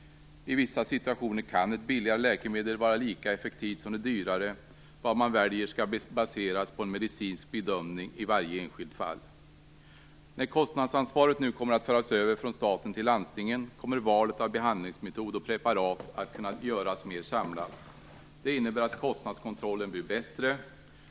I vissa situationer kan ett billigare läkemedel vara lika effektivt som det dyrare. Vad man väljer skall baseras på en medicinsk bedömning i varje enskilt fall. När kostnadsansvaret nu kommer att föras över från staten till landstingen kommer valet av behandlingsmetod och preparat att kunna göras mera samlat. Det innebär att kostnadskontrollen blir bättre.